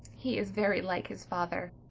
he is very like his father.